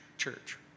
church